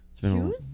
Shoes